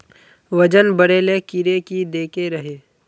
वजन बढे ले कीड़े की देके रहे?